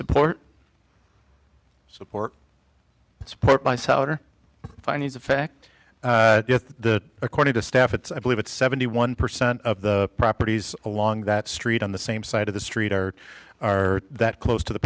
support support and support by souter findings affect the according to staff it's i believe it's seventy one percent of the properties along that street on the same side of the street or are that close to the